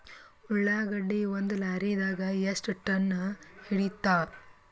ಉಳ್ಳಾಗಡ್ಡಿ ಒಂದ ಲಾರಿದಾಗ ಎಷ್ಟ ಟನ್ ಹಿಡಿತ್ತಾವ?